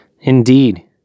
Indeed